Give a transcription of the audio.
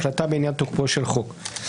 החלטה בעניין תוקפו של חוק).